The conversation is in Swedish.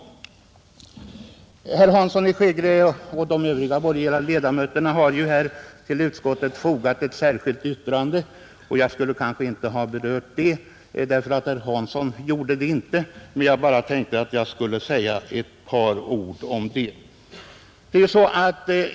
Herr Hansson i Skegrie och de övriga borgerliga ledamöterna har till betänkandet fogat ett särskilt yttrande. Jag skulle kanske inte behöva beröra detta, eftersom herr Hansson inte gjorde det, men jag hade tänkt säga ett par ord om yttrandet.